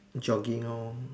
jogging lor